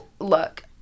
look